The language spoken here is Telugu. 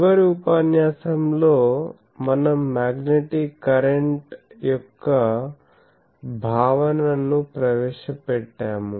చివరి ఉపన్యాసం లో మనం మ్యాగ్నెటిక్ కరెంట్ యొక్క భావనను ప్రవేశపెట్టాము